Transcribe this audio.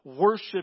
Worship